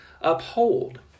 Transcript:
uphold